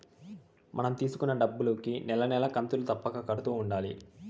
మనం తీసుకున్న డబ్బులుకి నెల నెలా కంతులు తప్పక కడుతూ ఉండాలి